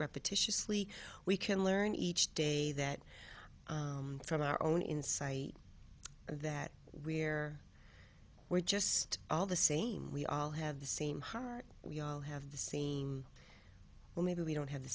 repetitiously we can learn each day that from our own insight that we're we're just all the same we all have the same heart we all have the same well maybe we don't have the